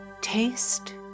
taste